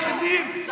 והיחידים,